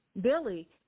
Billy